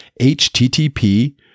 http